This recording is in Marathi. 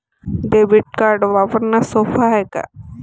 डेबिट कार्ड वापरणं सोप हाय का?